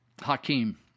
Hakeem